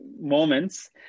moments